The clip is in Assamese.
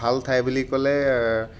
ভাল ঠাই বুলি ক'লে